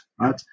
right